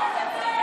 תוציאו את שניהם.